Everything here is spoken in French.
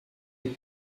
les